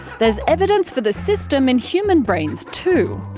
there's evidence for the system in human brains too.